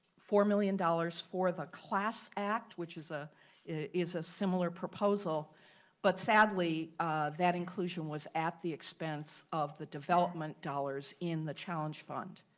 four million dollars for the class act which is a is a similar proposal but sadly that inclusion was at the expense of the development dollars in the challenge fund.